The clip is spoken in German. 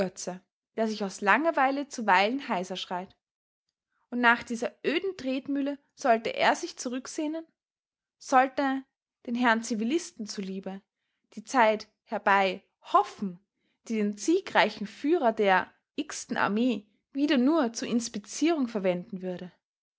der sich aus langeweile zuweilen heiser schreit und nach dieser öden tretmühle sollte er sich zurücksehnen sollte den herrn zivilisten zu liebe die zeit herbei hoffen die den siegreichen führer der ten armee wieder nur zu inspizierungen verwenden würde